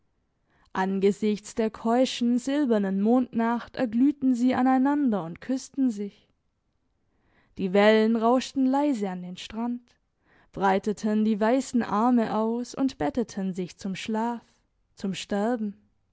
angesichts der keuschen silbernen mondnacht erglühten sie aneinander und küssten sich die wellen rauschten leise an den strand breiteten die weissen arme aus und betteten sich zum schlaf zum sterben